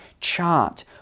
chart